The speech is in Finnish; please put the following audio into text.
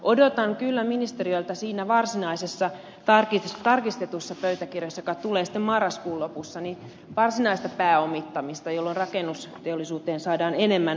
odotan kyllä ministeriöltä siinä varsinaisessa tarkistetussa pöytäkirjassa joka tulee sitten marraskuun lopussa varsinaista pääomittamista jolloin rakennusteollisuuteen saadaan enemmän potkua